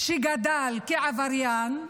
שגדל כעבריין,